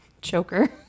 Choker